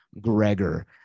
Gregor